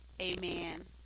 Amen